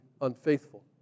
unfaithful